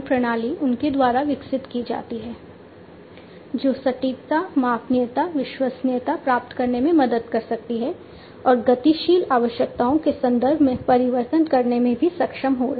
प्रणाली उनके द्वारा विकसित की जाती है जो सटीकता मापनीयता विश्वसनीयता प्राप्त करने में मदद कर सकती है और गतिशील आवश्यकताओं के संदर्भ में परिवर्तन करने में भी सक्षम हो रही है